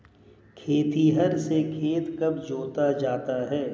खेतिहर से खेत कब जोता जाता है?